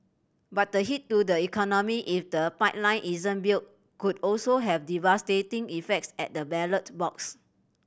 but the hit to the economy if the pipeline isn't built could also have devastating effects at the ballot box